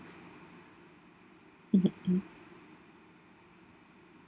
mmhmm mm